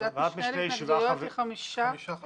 היא חמישה חברים.